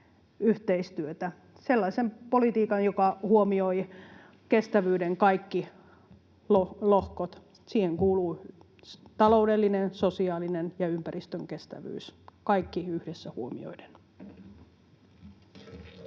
yhteistyötä — sellaisen politiikan, joka huomioi kestävyyden kaikki lohkot. Siihen kuuluu taloudellinen, sosiaalinen ja ympäristön kestävyys, kaikki yhdessä huomioiden.